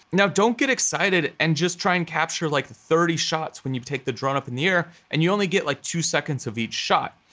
now don't get excited and just try and capture like thirty shots when you take the drone up in the air and you only get like two seconds of each shot.